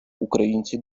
українці